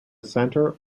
centre